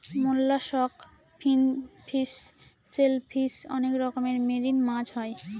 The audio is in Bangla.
মোল্লাসক, ফিনফিশ, সেলফিশ অনেক রকমের মেরিন মাছ হয়